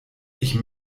ich